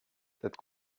cette